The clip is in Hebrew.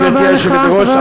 גברתי היושבת בראש,